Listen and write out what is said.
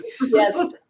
Yes